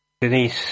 Denise